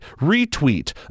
retweet